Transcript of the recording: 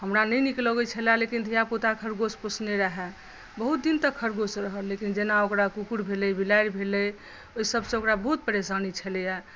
हमरा नहि नीक लगै छला लेकिन धिया पुता खरगोश पोसने रहै बहुत दिन तक खरगोश रहल लेकिन जेना ओकरा कुकुर भेलै बिलाड़ि भेलै ओहि सभसँ ओकरा बहुत परेशानी छलैया